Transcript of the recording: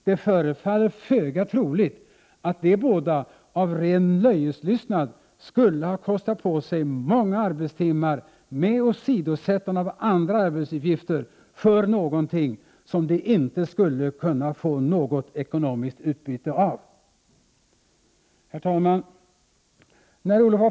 Det förefaller föga troligt att de båda av ren nöjeslystnad skulle ha kostat på sig många arbetstimmar med åsidosättande av andra arbetsuppgifter för någonting som de inte skulle kunna få något ekonomiskt utbyte av. Herr talman!